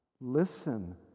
Listen